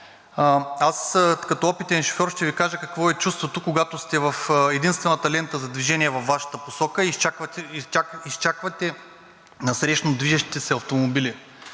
като опитен шофьор ще Ви кажа какво е чувството, когато сте в единствената лента за движение във Вашата посока и изчаквате насрещно движещите се автомобили.